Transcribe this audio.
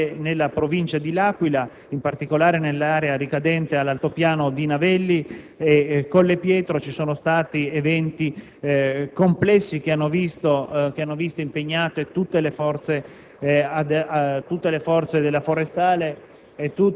Nella Provincia di L'Aquila, in particolare nell'area ricadente nell'altopiano di Navelli e Collepietro, ci sono stati eventi complessi che hanno visto impegnate tutte le forze della Forestale